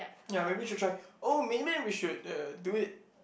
ya maybe you should try oh maybe we should uh do it